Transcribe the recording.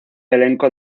elenco